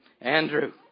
Andrew